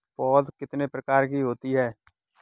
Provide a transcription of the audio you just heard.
पौध कितने प्रकार की होती हैं?